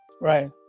Right